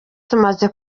tumaze